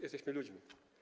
Jesteśmy ludźmi.